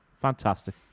Fantastic